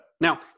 Now